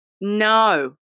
no